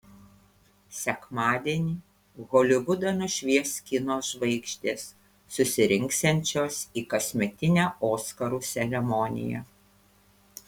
sekmadienį holivudą nušvies kino žvaigždės susirinksiančios į kasmetinę oskarų ceremoniją